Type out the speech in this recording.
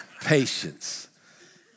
patience